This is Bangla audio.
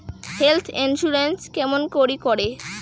হেল্থ ইন্সুরেন্স কেমন করি করে?